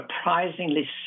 surprisingly